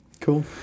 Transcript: Cool